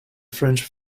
french